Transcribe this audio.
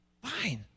Fine